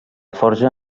forja